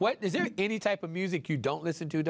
what is there any type of music you don't listen to